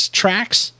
tracks